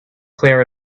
clear